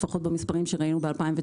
לפחות במספרים שראינו ב-2019.